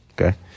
okay